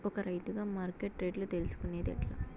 ఒక రైతుగా మార్కెట్ రేట్లు తెలుసుకొనేది ఎట్లా?